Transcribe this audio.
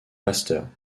pasteurs